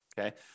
okay